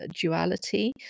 duality